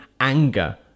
anger